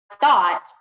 thought